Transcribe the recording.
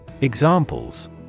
Examples